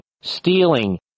stealing